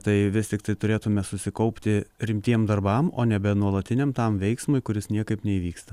tai vis tiktai turėtume susikaupti rimtiem darbam o nebe nuolatiniam veiksmui kuris niekaip neįvyksta